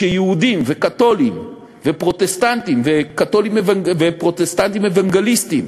שיהודים וקתולים ופרוטסטנטים ופרוטסטנטים אוונגליסטים